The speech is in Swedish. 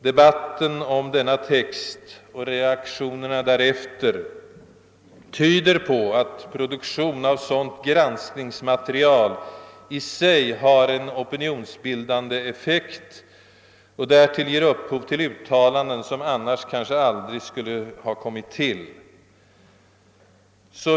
Debatten om denna text och reaktionerna därefter tyder på att produktion av sådant granskningsmaterial i sig har en opinionsbildande effekt och därtill ger upphov till uttalanden, som annars kanske aldrig skulle ha kommit till stånd.